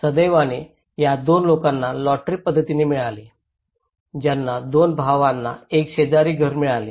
सुदैवाने या दोन लोकांना लॉटरी पद्धतीने मिळाले त्यांना दोन भावांना एक शेजारचे घर मिळाले